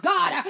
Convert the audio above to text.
God